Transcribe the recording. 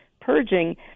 purging